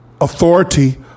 authority